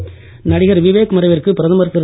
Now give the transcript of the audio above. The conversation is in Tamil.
திரைப்பட நடிகர் விவேக் மறைவிற்கு பிரதமர் திரு